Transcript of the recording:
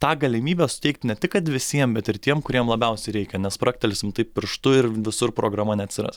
tą galimybę suteikti ne tik kad visiem bet ir tiem kuriem labiausiai reikia nespragtelsime pirštu ir visur programa neatsiras